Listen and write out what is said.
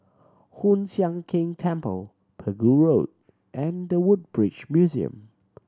Hoon Sian Keng Temple Pegu Road and The Woodbridge Museum